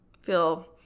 feel